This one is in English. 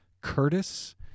Curtis